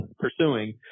pursuing